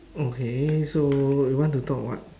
okay so you want to talk what